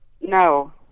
no